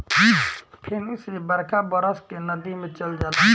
फेनू से बरखा बरस के नदी मे चल जाला